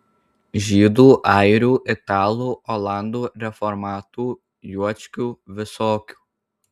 žydų airių italų olandų reformatų juočkių visokių